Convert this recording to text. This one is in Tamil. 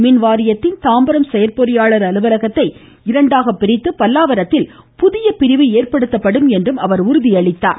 மின்வாரியத்தின் தாம்பரம் செயற்பொறியாளர் அலுவலகத்தை இரண்டாக பிரித்து பல்லாவரத்தில் புதிய பிரிவு ஏற்படுத்தப்படும் என்று அவர் உறுதி அளித்தார்